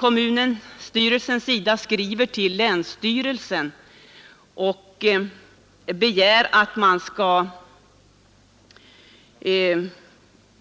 Kommunstyrelsen skriver och begär att å detta problem belyst och länsstyrelsen skall